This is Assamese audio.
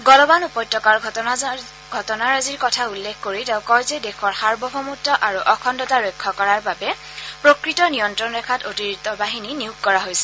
গলৱান উপত্যকাৰ ঘটনাৰাজিৰ কথা উল্লেখ কৰি তেওঁ কয় যে দেশৰ সাৰ্বভৌমত্ব আৰু অখণ্ডতা ৰক্ষা কৰাৰ বাবে প্ৰকৃত নিয়ন্ত্ৰণ ৰেখাত অতিৰিক্ত বাহিনী নিয়োগ কৰা হৈছে